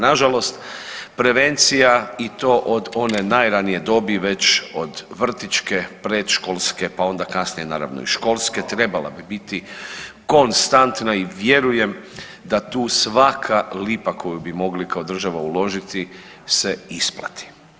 Na žalost prevencija i to od one najranije dobi već od vrtićke, predškolske, pa onda kasnije naravno i školske trebala bi biti konstantna i vjerujem da tu svaka lipa koju bi mogli kao država uložiti se isplati.